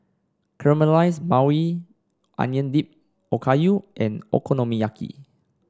Caramelized Maui Onion Dip Okayu and Okonomiyaki